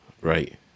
Right